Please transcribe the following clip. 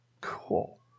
Cool